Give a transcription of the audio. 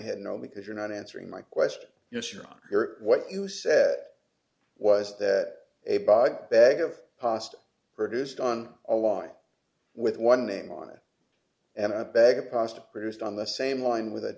head no because you're not answering my question yes you're on air what you said was that a body bag of pasta produced on a lawn with one name on it and i bagged pasta produced on the same line with a